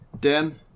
Dan